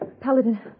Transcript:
Paladin